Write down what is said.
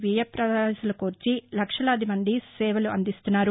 వ్యయప్రయాసల కోర్చి లక్షలాదిమంది సేవలు అందిస్తున్నారు